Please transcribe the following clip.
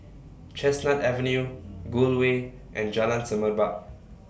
Chestnut Avenue Gul Way and Jalan Semerbak